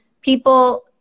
people